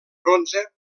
bronze